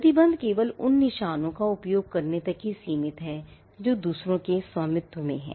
प्रतिबंध केवल उन निशानों का उपयोग करने तक ही सीमित है जो दूसरों के स्वामित्व में हैं